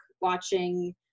watching